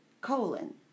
colon